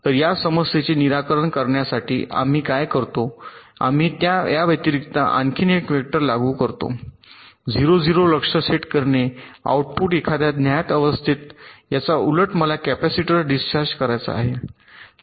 तर या समस्येचे निराकरण करण्यासाठी आम्ही काय करतो आम्ही या व्यतिरिक्त आणखी एक वेक्टर लागू करतो 0 0 लक्ष्य सेट करणे आउटपुट एखाद्या ज्ञात अवस्थेत याच्या उलट मला कॅपेसिटर डिस्चार्ज करायचा आहे